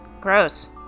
Gross